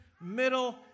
middle